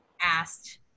asked